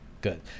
Good